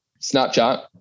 Snapchat